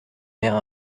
mère